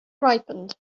ripened